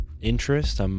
interest